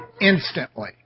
instantly